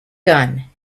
gun